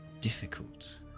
difficult